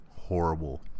Horrible